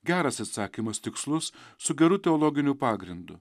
geras atsakymas tikslus su geru teologiniu pagrindu